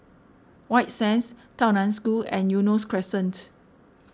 White Sands Tao Nan School and Eunos Crescent